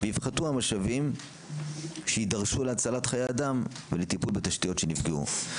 ויפחתו המשאבים שיידרשו להצלת חיי אדם ולטיפול בתשתיות שנפגעו.